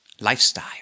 lifestyle